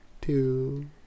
Two